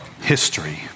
history